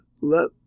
let